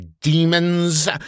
demons